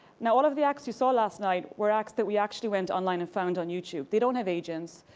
now all of the acts you saw last night were acts that we actually went online and found on youtube. they don't have agents.